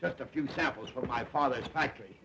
just a few samples from my father's factory